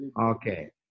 Okay